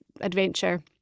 adventure